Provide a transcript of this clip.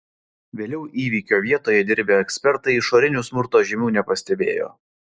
vėliau įvykio vietoj dirbę ekspertai išorinių smurto žymių nepastebėjo